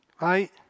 Right